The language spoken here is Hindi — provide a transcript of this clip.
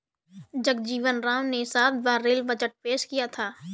जगजीवन राम ने सात बार रेल बजट पेश किया था